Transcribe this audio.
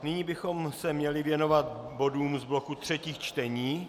Nyní bychom se měli věnovat bodům z bloku třetích čtení.